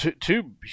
two